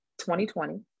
2020